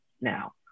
now